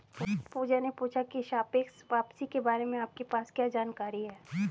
पूजा ने पूछा की सापेक्ष वापसी के बारे में आपके पास क्या जानकारी है?